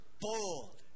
bold